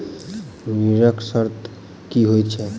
ऋणक शर्त की होइत छैक?